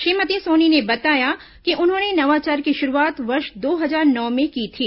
श्रीमती सोनी ने बताया कि उन्होंने नवाचार की शुरूआत वर्ष दो हजार नौ में की थी